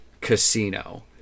casino